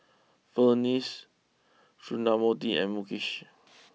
Verghese Sundramoorthy and Mukesh